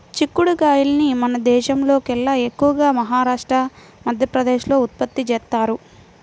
చిక్కుడు కాయల్ని మన దేశంలోకెల్లా ఎక్కువగా మహారాష్ట్ర, మధ్యప్రదేశ్ లో ఉత్పత్తి చేత్తారు